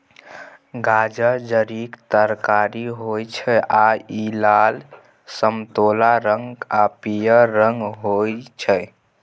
गाजर जड़िक तरकारी होइ छै आ इ लाल, समतोला रंग आ पीयर रंगक होइ छै